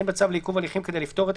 אין בצו לעיכוב הליכים כדי לפטור את